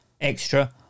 extra